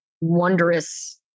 wondrous